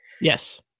Yes